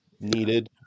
needed